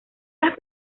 las